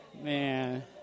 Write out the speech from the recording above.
Man